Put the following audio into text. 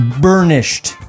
burnished